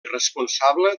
responsable